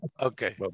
Okay